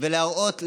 ולהראות לעם.